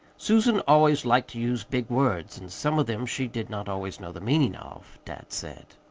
susan always liked to use big words, and some of them she did not always know the meaning of, dad said.